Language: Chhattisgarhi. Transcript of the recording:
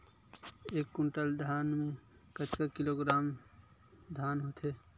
एक कुंटल धान में कतका किलोग्राम धान होथे?